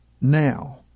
now